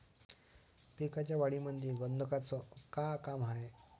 पिकाच्या वाढीमंदी गंधकाचं का काम हाये?